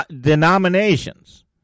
Denominations